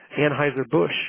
Anheuser-Busch